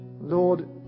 Lord